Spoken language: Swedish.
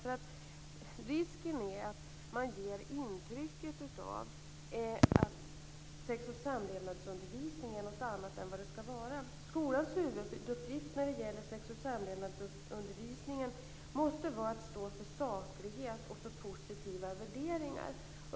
Risken är att man ger intryck av att sex och samlevnadsundervisning är något annat än vad det skall vara. Skolans huvuduppgift när det gäller sexoch samlevnadsundervisning måste vara att stå för saklighet och positiva värderingar.